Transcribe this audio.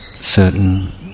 certain